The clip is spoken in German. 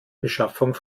beschaffung